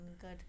good